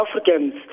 Africans